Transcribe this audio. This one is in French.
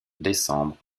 décembre